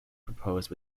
proposed